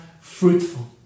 fruitful